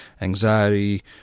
anxiety